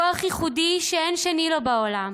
כוח ייחודי שאין שני לו בעולם,